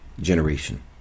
generation